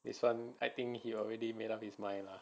this one I think he already made up his mind lah